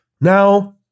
Now